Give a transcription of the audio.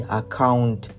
account